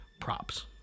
props